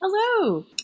Hello